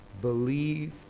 believed